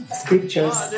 scriptures